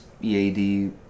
EAD